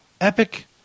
epic